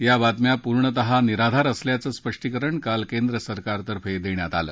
या बातम्या पूर्णतः निराधार असल्याचं स्पष्टीकरण काल केंद्रसरकारतर्फे देण्यात आलं